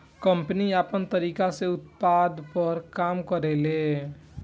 company आपन तरीका से उत्पाद पर काम करेले